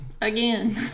again